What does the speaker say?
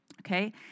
okay